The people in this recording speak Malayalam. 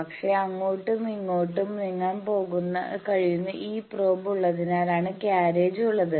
പക്ഷേ അങ്ങോട്ടുമിങ്ങോട്ടും നീങ്ങാൻ കഴിയുന്ന ആ പ്രോബ് ഉള്ളതിനാലാണ് കാര്യേജ് ഉള്ളത്